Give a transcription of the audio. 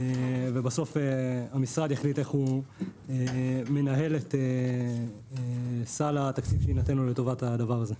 ובסוף המשרד יחליט איך הוא מנהל את סל התקציב שיינתן לו לטובת הדבר הזה.